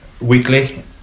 weekly